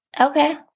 Okay